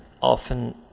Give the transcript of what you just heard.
often